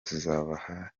tuzabaha